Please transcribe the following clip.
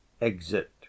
Exit